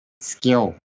skill